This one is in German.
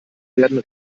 werden